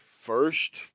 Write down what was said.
first